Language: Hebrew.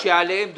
שעליהם דובר.